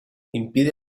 impide